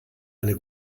eine